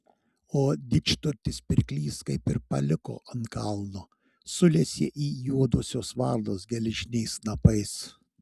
o didžturtis pirklys taip ir paliko ant kalno sulesė jį juodosios varnos geležiniais snapais